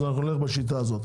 אז אנחנו נלך בשיטה הזאת,